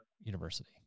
university